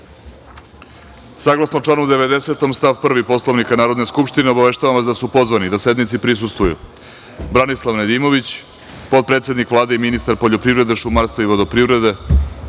godine. Saglasno članu 90. stav 1. Poslovnika Narodne skupštine, obaveštavam vas da su pozvani da sednici prisustvuju: Branislav Nedimović, potpredsednik Vlade i ministar poljoprivrede, šumarstva i vodoprivrede